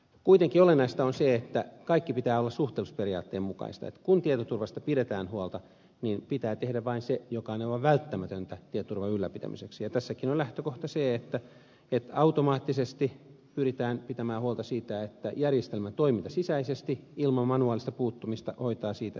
kuitenkin olennaista on se että kaikki pitää olla suhteellisuusperiaatteen mukaista että kun tietoturvasta pidetään huolta niin pitää tehdä vain se mikä on aivan välttämätöntä tietoturvan ylläpitämiseksi ja tässäkin on lähtökohta se että automaattisesti pyritään pitämään huolta siitä että järjestelmän toiminta sisäisesti ilman manuaalista puuttumista hoitaa sen että tietoturva on taattu